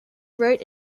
wrote